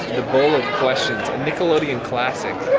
the bowl of questions, a nickelodeon classic.